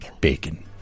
Bacon